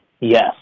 Yes